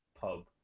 pub